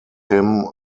him